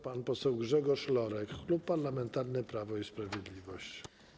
Pan poseł Grzegorz Lorek, Klub Parlamentarny Prawo i Sprawiedliwość.